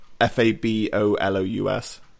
F-A-B-O-L-O-U-S